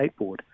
skateboard